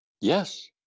Yes